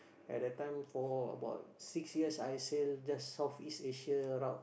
at that time for about six years I sail just South East Asia route